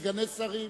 סגני השרים,